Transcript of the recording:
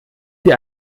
dir